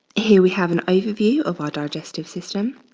here we have an overview of our digestive system.